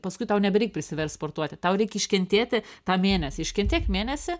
paskui tau nebereik prisiverst sportuoti tau reikia iškentėti tą mėnesį iškentėk mėnesį